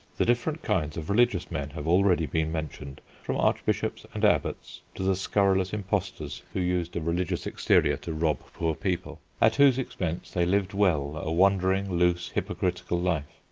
the different kinds of religious men have already been mentioned from archbishops and abbots to the scurrilous impostors who used a religious exterior to rob poor people, at whose expense they lived well a wandering, loose, hypocritical life.